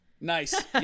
Nice